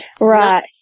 Right